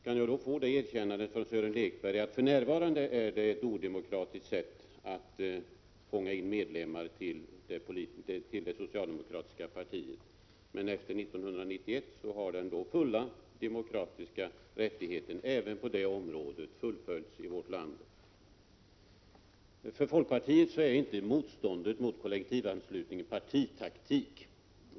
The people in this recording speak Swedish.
Kan jag då få det erkännandet från Sören Lekberg att man för närvarande har ett odemokratiskt sätt att fånga in medlemmar till det socialdemokratiska partiet, men att efter 1991 full demokratisk rättighet även på det området uppnås i vårt land? För folkpartiet är inte motståndet mot kollektivanslutningen partitaktik.